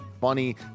funny